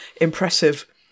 impressive